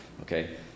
okay